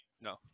No